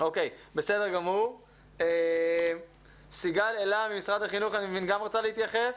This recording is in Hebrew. אני מבין שסיגל אלה ממשרד החינוך גם רוצה להתייחס.